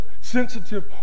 sensitive